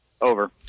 Over